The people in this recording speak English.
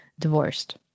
Divorced